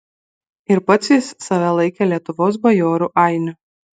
ir pats jis save laikė lietuvos bajorų ainiu